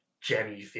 Jenny